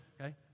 okay